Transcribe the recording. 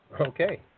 Okay